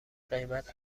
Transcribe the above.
قیمت